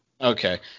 Okay